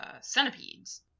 centipedes